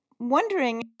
Wondering